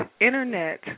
Internet